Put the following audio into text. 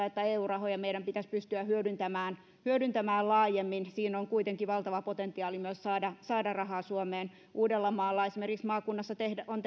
että eu rahoja meidän pitäisi pystyä hyödyntämään hyödyntämään laajemmin siinä on kuitenkin valtava potentiaali saada saada rahaa suomeen esimerkiksi uudenmaan maakunnassa